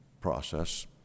process